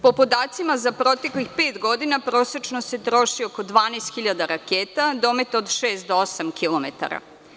Po podacima za proteklih pet godina, prosečno se troši oko 12 hiljada raketa, dometa od čest do osam kilometara.